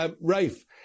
Rafe